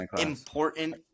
important